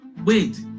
wait